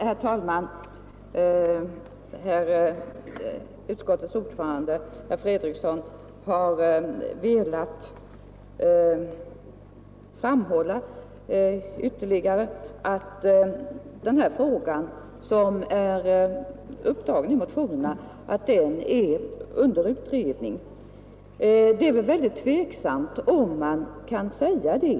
Herr talman! Utskottets ordförande, herr Fredriksson, har nu ytterligare framhållit att den fråga, som tagits upp i motionen, är under utredning. Det är väl mycket tveksamt om man kan säga det.